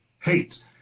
Hate